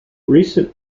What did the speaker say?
recent